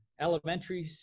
elementary